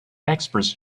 express